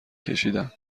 کشیدم